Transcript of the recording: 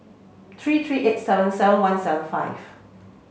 three three eight seven seven one seven five